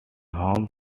home